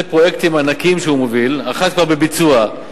פרויקטים ענקיים שהוא מוביל: אחד כבר בביצוע,